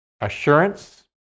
assurance